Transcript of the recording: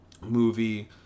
movie